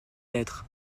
lettre